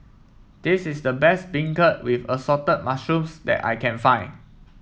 this is the best beancurd with Assorted Mushrooms that I can find